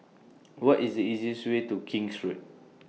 What IS The easiest Way to King's Road